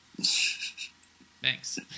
Thanks